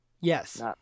Yes